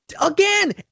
Again